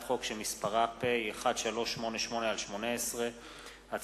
חוק פ/1388/18 וכלה בהצעת חוק פ/1406/18,